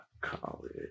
College